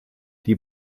die